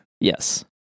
yes